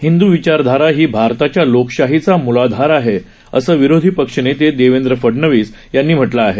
हिंदू विचारधारा ही भारताच्या लोकशीचा मूलाधार आहे असं विरोधी पक्षनेते देवेंद्र फडनवीस यांनी म्हटलं आहे